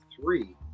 three